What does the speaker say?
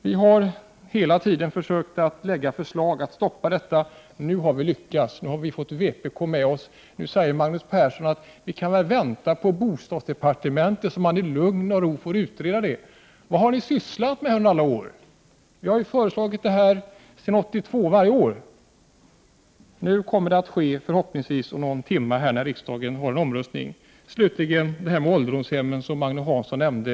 Vi har hela tiden arbetat på förslag i syfte att stoppa den utvecklingen. Nu har vi lyckats, för nu har vi fått vpk med oss. Nu säger Magnus Persson: Vi kan väl vänta på bostadsdepartementet. Det gäller att i lugn och ro utreda detta. Men då vill jag fråga: Vad har ni sysslat med under alla dessa år? Vi har varje år sedan 1982 lagt fram förslag i detta sammanhang. Förhoppningsvis kommer något att ske genom den omröstning som äger rum här i riksdagen senare i dag. Slutligen något i fråga om ålderdomshemmen. Agne Hansson tog också upp den saken.